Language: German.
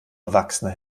erwachsene